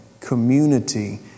community